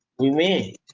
we made